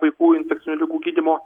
vaikų infekcinių ligų gydymo